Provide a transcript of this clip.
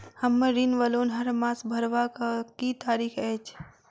हम्मर ऋण वा लोन हरमास भरवाक की तारीख अछि?